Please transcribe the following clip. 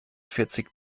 vierzig